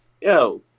Yo